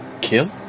kill